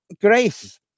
grace